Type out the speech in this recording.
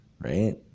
right